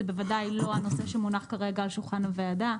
זה בוודאי לא הנושא שמונח כרגע על שולחן הוועדה,